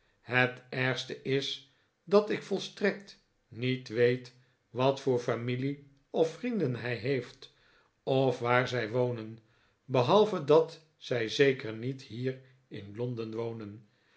het ergste is dat ik volstrekt niet weet wat voor familie of vrienden hij heeft of waar zij wonen behalve dat zij zeker niet hier in londen wonen